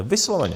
Vysloveně!